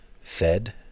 fed